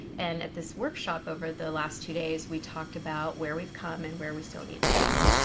and at this workshop over the last two days, we talked about where we've come and where we still need to go.